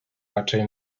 raczej